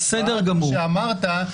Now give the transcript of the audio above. כפי שאמרת,